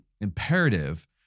imperative